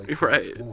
right